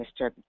Mr